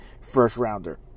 first-rounder